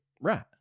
right